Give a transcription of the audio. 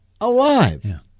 alive